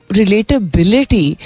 relatability